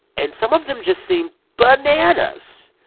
and some of them just seem bananas.